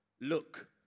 look